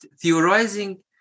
Theorizing